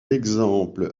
exemple